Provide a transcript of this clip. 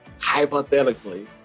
hypothetically